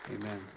Amen